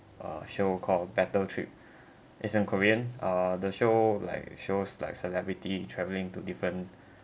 uh show called battle trip is in korean ah the show like shows like celebrity travelling to different